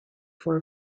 four